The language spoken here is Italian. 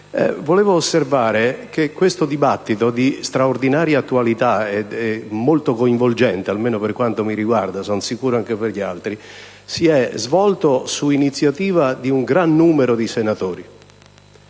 volevo osservare che questo dibattito, di straordinaria attualità e molto coinvolgente, almeno per quanto mi riguarda, e sono sicuro anche per gli altri, si è svolto su iniziativa di un gran numero di senatori,